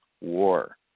war